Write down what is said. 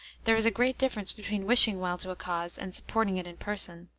there is a great difference between wishing well to a cause and supporting it in person.